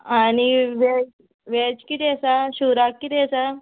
आनी veg veg किदें आसा शिवराक किदें आसा